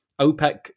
OPEC